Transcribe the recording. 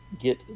get